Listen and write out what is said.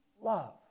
love